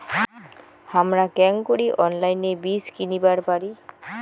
হামরা কেঙকরি অনলাইনে বীজ কিনিবার পারি?